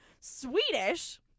Swedish